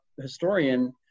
historian